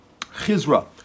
Chizra